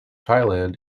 thailand